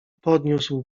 podniósł